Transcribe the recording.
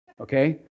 okay